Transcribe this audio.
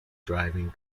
driving